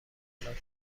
متلاطم